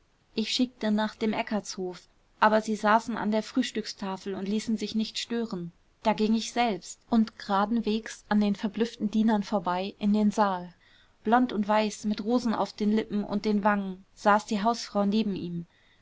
ich schickte nach dem eckartshof aber sie saßen an der frühstückstafel und ließen sich nicht stören da ging ich selbst und geradenwegs an den verblüfften dienern vorbei in den saal blond und weiß mit rosen auf den lippen und den wangen saß die hausfrau neben ihm